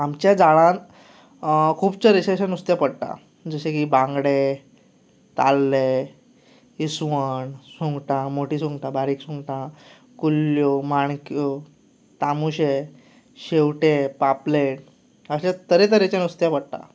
आमच्या जाळ्यांत खूब तरेचें अशें नुस्तें पडटा जशें की बांगडे ताल्ले ईसवण सुंगटां मोठी सुंगटां बारीक सुंगटां कुल्ल्यो माणक्यो तामुशे शेवटे पापलेट अशें तरेतरेचें नुस्तें पडटा